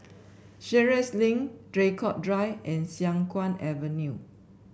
Sheares Link Draycott Drive and Siang Kuang Avenue